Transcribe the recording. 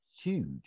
huge